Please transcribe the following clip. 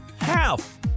Half